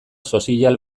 sozial